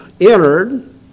entered